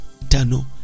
eternal